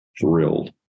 thrilled